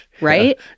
Right